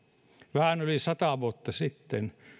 vähän yli sata vuotta sitten